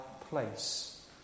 place